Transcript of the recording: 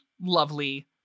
lovely